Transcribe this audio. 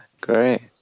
great